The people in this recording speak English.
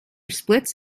splits